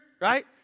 right